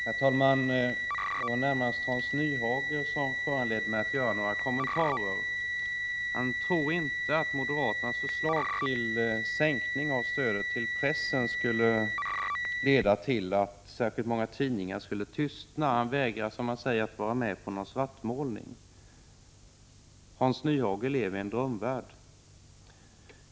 Herr talman! Det var närmast Hans Nyhage som föranledde mig att göra några kommentarer. Han tror inte att moderaternas förslag till sänkning av stödet till pressen skulle leda till att särskilt många tidningar skulle tystna. Han vägrar, som han säger, att vara med på någon svartmålning. Hans Nyhage lever i en drömvärld.